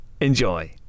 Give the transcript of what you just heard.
Enjoy